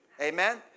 Amen